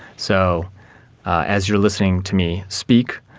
so as you are listening to me speak,